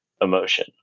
emotion